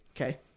Okay